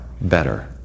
better